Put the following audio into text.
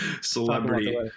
celebrity